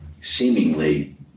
seemingly